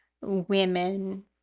women